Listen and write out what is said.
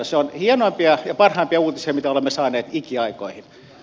se on hienoimpia ja parhaimpia uutisia mitä olemme saaneet ikiaikoihin